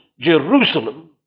Jerusalem